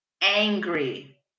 angry